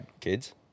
kids